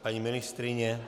Paní ministryně?